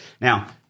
now